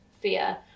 fear